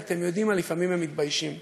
ואתם יודעים מה, לפעמים הם מתביישים.